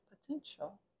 potential